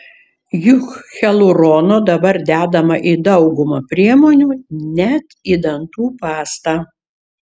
juk hialurono dabar dedama į daugumą priemonių net į dantų pastą